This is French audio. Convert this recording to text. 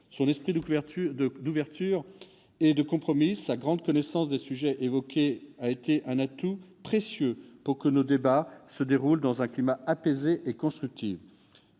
dont l'esprit d'ouverture et de compromis et la grande connaissance des sujets évoqués ont constitué des atouts précieux pour que nos débats se déroulent dans un climat apaisé et constructif.